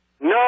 No